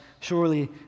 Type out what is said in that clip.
Surely